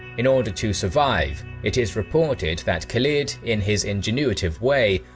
in order to survive, it is reported that khalid, in his ingenuitive way,